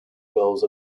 wells